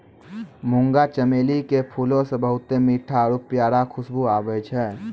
मुंगा चमेली के फूलो से बहुते मीठो आरु प्यारा खुशबु आबै छै